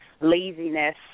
laziness